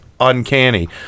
Uncanny